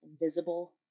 invisible